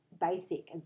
basic